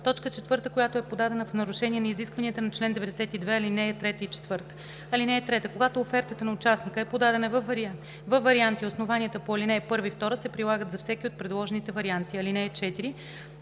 възлагане; 4. която е подадена в нарушение на изискванията на чл. 92, ал. 3 и 4. (3) Когато офертата на участника е подадена във варианти, основанията по ал. 1 и 2 се прилагат за всеки от предложените варианти. (4)